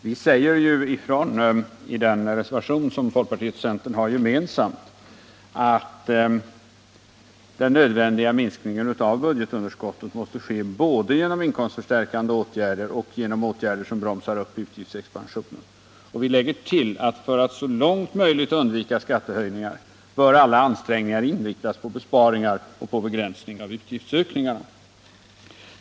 Vi säger ju i den reservation som folkpartiet och centern har gemensamt, att den nödvändiga minskningen av budgetunderskottet måste ske både genom inkomstförstärkande åtgärder och genom åtgärder som bromsar upp utgiftsexpansionen. Vi lägger till att för att så långt möjligt undvika skattehöjningar bör alla ansträngningar inriktas på besparingar och begränsning av utgiftsökningarna.